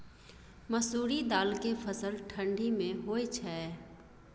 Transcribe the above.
मसुरि दाल के फसल ठंडी मे होय छै?